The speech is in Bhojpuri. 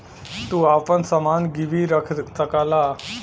तू आपन समान गिर्वी रख सकला